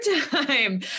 time